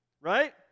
Right